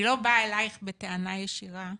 אני לא באה אליך בטענה ישירה,